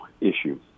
issue